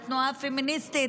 לתנועה הפמיניסטית,